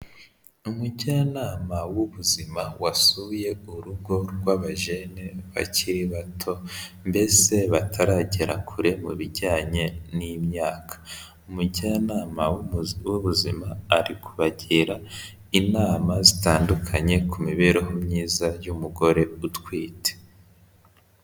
Umujyanama w'ubuzima wasuye urugo rw'abajene bakiri bato, mbese bataragera kure mu bijyanye n'imyaka, umujyanama w'ubuzima ari kubagira inama zitandukanye ku mibereho myiza y'umugore utwite.